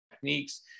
techniques